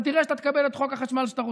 אתה תראה שאתה תקבל את חוק החשמל שאתה רוצה,